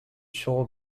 shaw